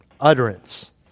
utterance